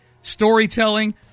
storytelling